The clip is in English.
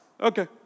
okay